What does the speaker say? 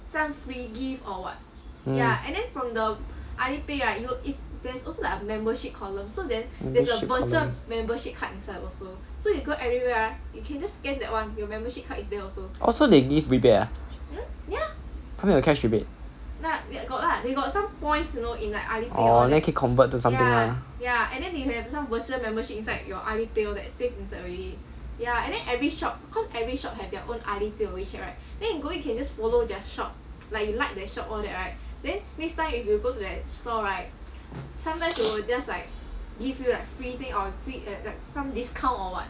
mm membership column oh so they give rebate ah 他们有 cash rebate orh then 可以 convert to something lah